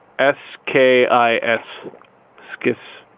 s k i s skis.